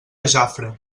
jafre